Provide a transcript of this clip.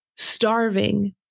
Starving